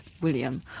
William